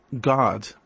God